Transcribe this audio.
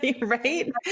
Right